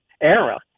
era